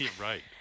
right